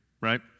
right